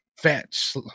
Fetch